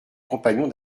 compagnons